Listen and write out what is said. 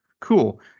Cool